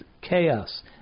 chaos